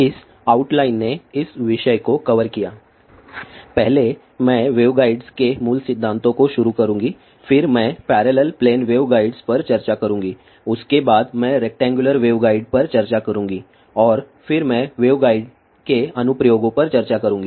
इस आउटलाइन ने इस विषय को कवर किया पहले मैं वेवगाइड्स के मूल सिद्धांतों को शुरू करुँगी फिर मैं पैरेलल प्लेन वेवगाइड्स पर चर्चा करुँगी उसके बाद मैं रेक्टेंगुलर वेवगाइड पर चर्चा करुँगी और फिर मैं वेवगाइड्स के अनुप्रयोगों पर चर्चा करुँगी